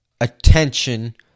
attention